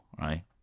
right